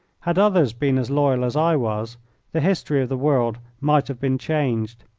had others been as loyal as i was the history of the world might have been changed,